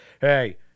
hey